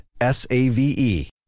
S-A-V-E